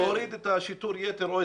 להוריד את שיטור היתר או את האלימות.